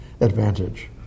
advantage